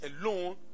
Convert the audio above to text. alone